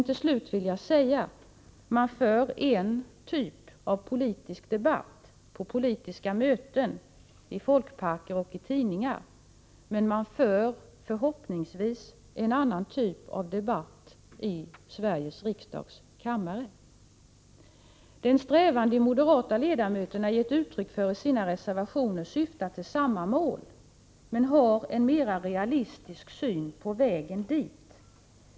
Till slut vill jag säga: Man för en typ av politisk debatt på politiska möten, i folkparker och i tidningar, men man för förhoppningsvis en annan typ av debatt i Sveriges riksdags kammare. Den strävan de moderata ledamöterna gett uttryck för i sina reservationer syftar till samma mål som majoriteten, men man har en mer realistisk syn på vägen dit.